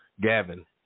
Gavin